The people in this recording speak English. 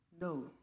No